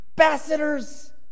ambassadors